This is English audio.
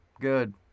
Good